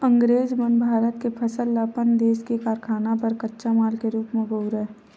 अंगरेज मन भारत के फसल ल अपन देस के कारखाना बर कच्चा माल के रूप म बउरय